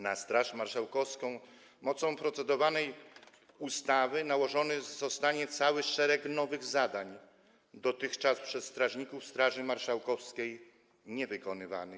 Na Straż Marszałkowską mocą procedowanej ustawy nałożony zostanie cały szereg nowych zadań, dotychczas przez strażników Straży Marszałkowskiej niewykonywanych.